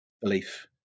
belief